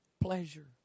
pleasure